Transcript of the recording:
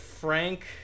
frank